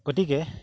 গতিকে